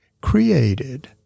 created